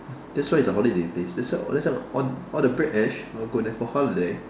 that's why it's a holiday place that's why that's why all all the British will go here for a holiday